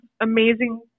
amazing